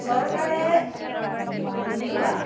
চৰকাৰে উলিওৱা